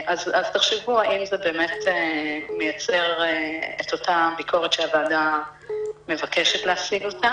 אז תחשבו האם זה באמת מייצר את אותה ביקורת שהוועדה מבקשת להפעיל.